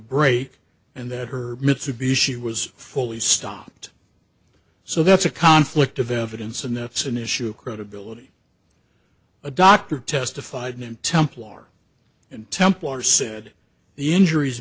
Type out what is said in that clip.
brake and that her mitsubishi was fully stocked so that's a conflict of evidence and that's an issue of credibility a doctor testified in temp lawyer and temp lawyer said the injuries